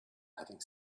having